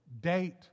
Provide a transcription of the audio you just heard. Date